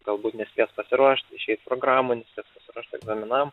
galbūt nespės pasiruošt išeit programų nespės pasiruošt egzaminam